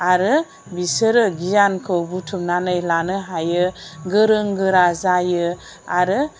आरो बिसोरो गियानखौ बुथुमनानै लानो हायो गोरों गोरा जायो आरो